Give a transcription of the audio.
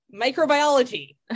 microbiology